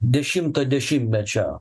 dešimto dešimtmečio